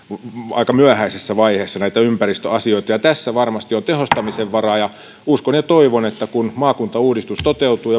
aika myöhäisessä vaiheessa näitä ympäristöasioita tässä varmasti on tehostamisen varaa ja uskon ja toivon että kun maakuntauudistus toteutuu